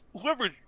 whoever